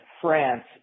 France